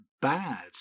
bad